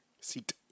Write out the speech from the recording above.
Seat